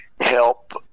help